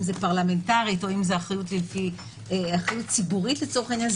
אם זה פרלמנטרית או אחריות ציבורית לצורך העניין,